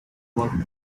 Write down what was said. what